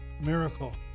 miracle